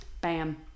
Bam